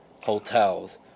hotels